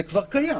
זה כבר קיים.